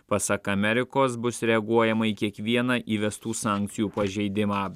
pasak amerikos bus reaguojama į kiekvieną įvestų sankcijų pažeidimą